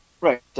Right